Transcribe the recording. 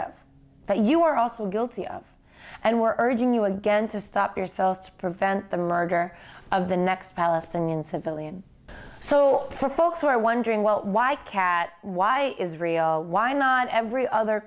but you're also guilty of and we're urging you again to stop yourselves to prevent the murder of the next palestinian civilian so for folks who are wondering well why cat why israel why not every other